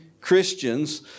Christians